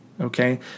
Okay